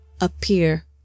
appear